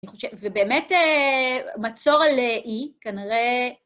אני חושבת, ובאמת מצור על אי, כנראה...